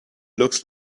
looks